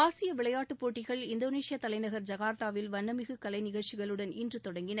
ஆசிய விளையாட்டுப் போட்டிகள் இந்தோளேஷிய தலைநகர் ஐகார்த்தாவில் வண்ணமிகு கலைநிகழ்ச்சிகளுடன் இன்று தொடங்கின